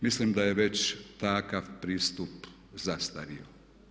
Mislim da je već takav pristup zastario.